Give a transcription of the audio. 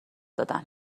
دادن